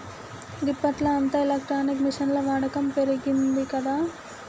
గిప్పట్ల అంతా ఎలక్ట్రానిక్ మిషిన్ల వాడకం పెరిగిందిగదా